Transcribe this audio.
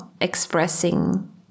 expressing